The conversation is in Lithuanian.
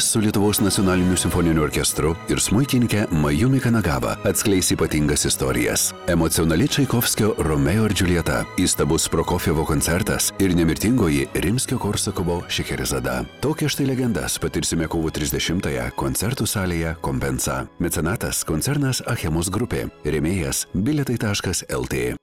su lietuvos nacionaliniu simfoniniu orkestru ir smuikininke majumi chanagaba atskleis ypatingas istorijas emocionali čaikovskio romeo ir džiuljeta įstabus prokofjevo koncertas ir nemirtingoji rimskio korsakovo šecherizada tokias štai legendas patirsime kovo trisdešimtąją koncertų salėje kompensa mecenatas koncernas achemos grupė rėmėjas bilietai taškas eltė